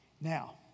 Now